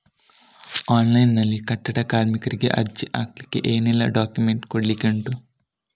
Online ನಲ್ಲಿ ಕಟ್ಟಡ ಕಾರ್ಮಿಕರಿಗೆ ಅರ್ಜಿ ಹಾಕ್ಲಿಕ್ಕೆ ಏನೆಲ್ಲಾ ಡಾಕ್ಯುಮೆಂಟ್ಸ್ ಕೊಡ್ಲಿಕುಂಟು?